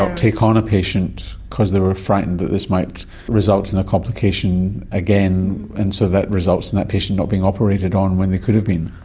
take on a patient because they are frightened that this might result in a complication again, and so that results in that patient not being operated on when they could have been.